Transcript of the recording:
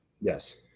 Yes